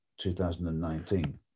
2019